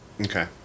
Okay